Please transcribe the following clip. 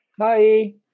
Hi